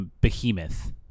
behemoth